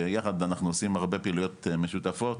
ויחד אנחנו עושים הרבה פעילויות משותפות,